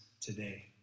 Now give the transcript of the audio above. today